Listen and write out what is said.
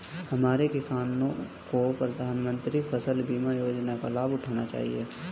हमारे किसानों को प्रधानमंत्री फसल बीमा योजना का लाभ उठाना चाहिए